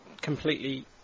completely